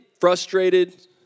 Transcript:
frustrated